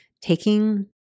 taking